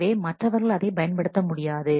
எனவே மற்றவர்கள் அதை பயன்படுத்த முடியாது